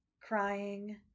crying